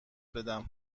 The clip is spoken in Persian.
بدهم